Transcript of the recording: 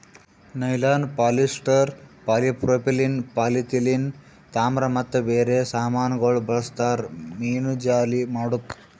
nylon, polyester, polypropylene, polyethylene, ತಾಮ್ರ ಮತ್ತ ಬೇರೆ ಸಾಮಾನಗೊಳ್ ಬಳ್ಸತಾರ್ ಮೀನುಜಾಲಿ ಮಾಡುಕ್